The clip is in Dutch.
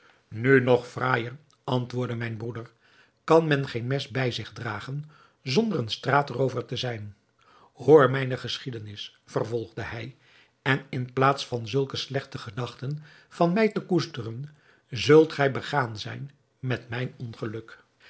nu nog fraaijer antwoordde mijn broeder kan men geen mes bij zich dragen zonder een straatroover te zijn hoor mijne geschiedenis vervolgde hij en in plaats van zulke slechte gedachten van mij te koesteren zult gij begaan zijn met mijn ongeluk